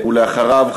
אחריו,